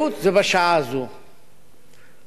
כולנו יכולים למצוא מלים מאוד נוקבות,